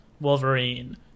wolverine